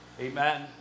amen